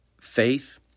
Faith